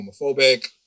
homophobic